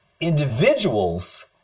individuals